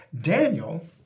Daniel